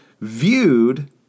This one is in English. viewed